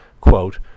quote